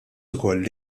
ukoll